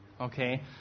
Okay